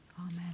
amen